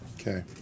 Okay